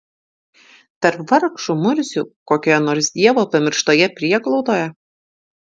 tarp vargšų murzių kokioje nors dievo pamirštoje prieglaudoje